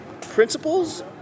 principles